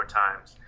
times